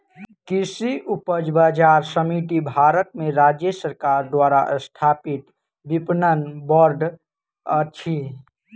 कृषि उपज बजार समिति भारत में राज्य सरकार द्वारा स्थापित विपणन बोर्ड अछि